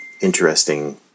interesting